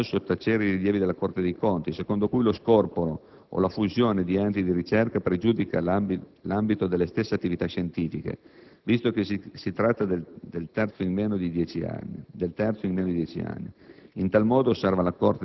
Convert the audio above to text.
Non si può, in ogni caso, sottacere i rilievi della Corte dei conti, secondo cui lo scorporo o la fusione di enti di ricerca pregiudica l'ambito delle stesse attività scientifiche, visto che si tratta del terzo in meno di dieci anni.